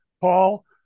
Paul